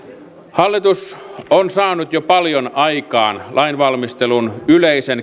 hallitus on saanut jo paljon aikaan lainvalmistelun yleisen